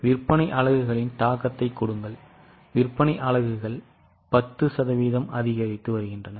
எனவே விற்பனை அலகுகளின் தாக்கத்தை கொடுங்கள் விற்பனை அலகுகள் 10 சதவீதம் அதிகரித்து வருகின்றன